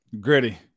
gritty